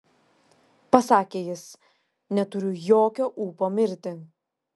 pasakė jis neturiu jokio ūpo mirti